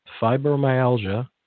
fibromyalgia